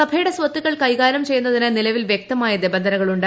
സഭയുടെ സ്വത്തുക്കൾ കൈകാര്യം ചെയ്യുന്ന തിന് നിലവിൽ വ്യക്തമായ നിബന്ധനകളുണ്ട്